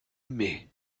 aimé